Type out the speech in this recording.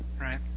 Right